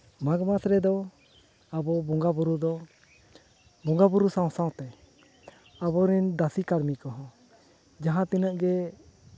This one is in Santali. ᱢᱟᱜᱽ ᱢᱟᱥ ᱨᱮᱫᱚ ᱟᱵᱚ ᱵᱚᱸᱜᱟ ᱵᱩᱨᱩ ᱫᱚ ᱵᱚᱸᱜᱟ ᱵᱩᱨᱩ ᱥᱟᱶᱼᱥᱟᱶᱛᱮ ᱟᱵᱚ ᱨᱮᱱ ᱫᱟᱹᱥᱤᱼᱠᱟᱹᱲᱢᱤ ᱠᱚᱦᱚᱸ ᱡᱟᱦᱟᱸ ᱛᱤᱱᱟᱹᱜ ᱜᱮ